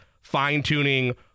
fine-tuning